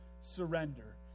surrender